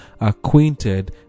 acquainted